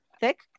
thick